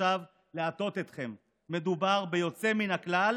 עכשיו להטעות אתכם: מדובר ביוצא מהכלל